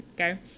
okay